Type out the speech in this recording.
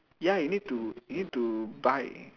ya you need to you need to buy